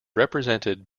represented